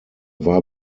war